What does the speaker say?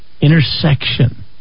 Intersection